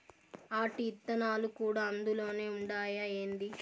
ఆటి ఇత్తనాలు కూడా అందులోనే ఉండాయా ఏంది